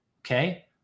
Okay